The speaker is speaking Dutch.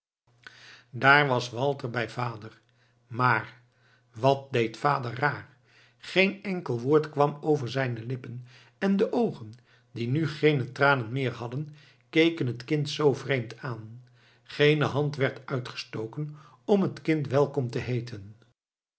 daar was walter bij vader maar wat deed vader raar geen enkel woord kwam over zijne lippen en de oogen die nu geene tranen meer hadden keken het kind zoo vreemd aan geene hand werd uitgestoken om het kind welkom te heeten